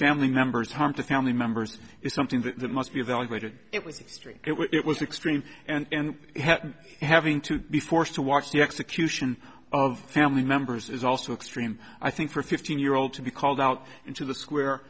family members harm to family members is something that must be evaluated it was extreme it was extreme and having to be forced to watch the execution of family members is also extreme i think for a fifteen year old to be called out into the square